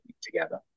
together